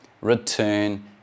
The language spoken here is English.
return